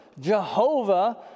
Jehovah